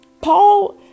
Paul